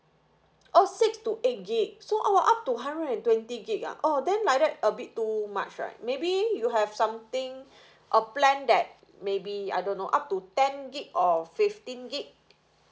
oh six to eight gig so I'll up to hundred and twenty gig ah then like that a bit too much right maybe you have something a plan that maybe I don't know up to ten gig or fifteen gig